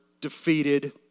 defeated